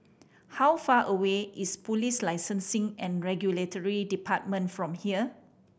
how far away is Police Licensing and Regulatory Department from here